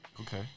Okay